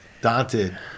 daunted